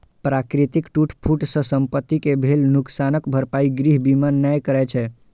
प्राकृतिक टूट फूट सं संपत्ति कें भेल नुकसानक भरपाई गृह बीमा नै करै छै